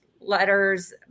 letters